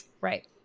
Right